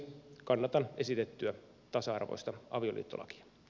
kannatan esitettyä tasa arvoista avioliittolakia